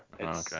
Okay